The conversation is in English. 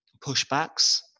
pushbacks